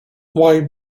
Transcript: why